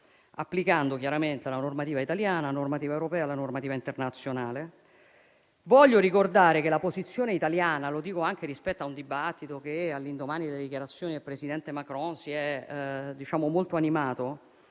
applicando la normativa italiana, europea e internazionale. Voglio ricordare che la posizione italiana (lo dico anche rispetto a un dibattito che, all'indomani delle dichiarazioni del presidente Macron, si è molto animato),